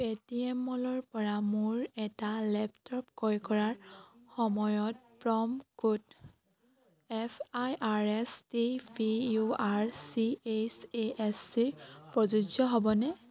Paytm মলৰ পৰা মোৰ এটা লেপটপ ক্ৰয় কৰাৰ সময়ত promo code F I R S T P U R C H A S E প্ৰযোজ্য হ'বনে